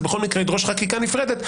זה בכל מקרה ידרוש חקיקה נפרדת,